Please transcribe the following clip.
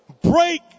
Break